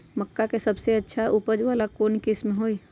मक्का के सबसे अच्छा उपज वाला कौन किस्म होई?